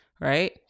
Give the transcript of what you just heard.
right